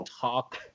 talk